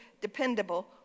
dependable